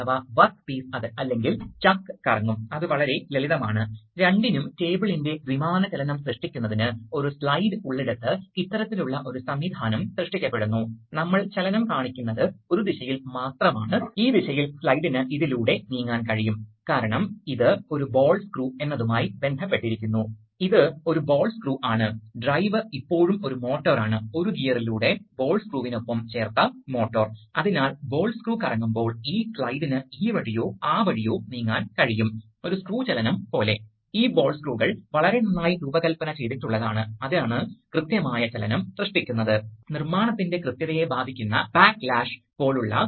അതിനാൽ അതായിരുന്നു ആശയം ഇപ്പോൾ ഇത് ഓടിക്കുന്ന ഒരു ആക്ചൂവേറ്റ്റ്ററാണെന്ന് നിങ്ങൾക്ക് കാണാൻ കഴിയും അതിനാൽ എന്താണ് സംഭവിക്കുന്നത് വായു ഒഴുകുന്നു ഇതാണ് ഡിസിവി കൂടാതെ വായു ഇതിലൂടെ കടന്നുപോകുകയും ആക്ചൂവേറ്റർ ഉയർത്തുകയും ചെയ്യുന്നു അതിനാൽ ആക്ചൂവേറ്റർ നീങ്ങുന്നു അത് നീങ്ങുമ്പോൾ വായുവിനെ പുറന്തള്ളുന്നു മർദ്ദം കാരണം ആണ് ഇത് വായുവിനെ പുറന്തള്ളുന്നത് എന്ന് നിങ്ങൾക്കറിയാം അതിനാൽ ഈ മർദ്ദം ഈ വാൽവ് ഉയർത്തുമ്പോൾ അത് മാറാൻ പോകുന്നു നമ്മൾ മെക്കാനിസം കാണിച്ചതു പോലെ